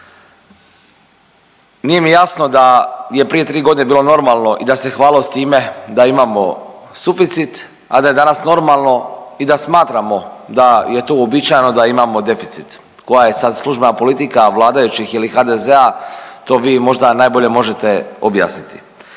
Nije mi jasno da je prije 3 godine bilo normalno i da se hvalilo s time da imamo suficit, a da je danas normalno i da smatramo da je to uobičajeno da imamo deficit, koja je sad službena politika vladajućih ili HDZ-a, to vi možda najbolje možete objasniti.